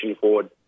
forward